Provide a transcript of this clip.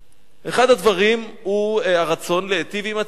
אחד הדברים הוא הרצון להיטיב עם הציבור.